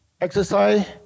exercise